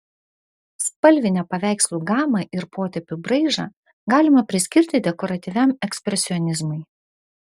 spalvinę paveikslų gamą ir potėpių braižą galima priskirti dekoratyviam ekspresionizmui